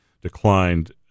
declined